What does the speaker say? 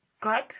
God